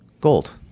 gold